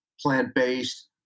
Plant-based